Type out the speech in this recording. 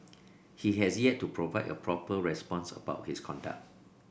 he has yet to provide a proper response about his conduct